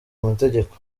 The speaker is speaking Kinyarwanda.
amategeko